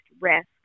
risk